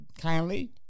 kindly